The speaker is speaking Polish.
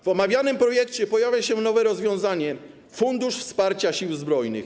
W omawianym projekcie pojawia się nowe rozwiązanie - Fundusz Wsparcia Sił Zbrojnych.